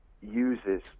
uses